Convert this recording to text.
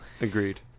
Agreed